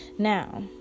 Now